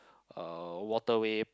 uh water way